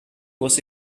was